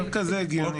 דווקא זה הגיוני.